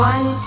One